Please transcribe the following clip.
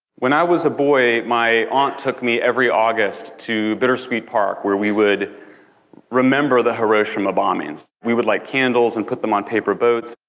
when i was boy, my aunt took me every august to bittersweet park, where we would remember the hiroshima bombings. we would light candles, and put them on paper boats.